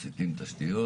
את מה?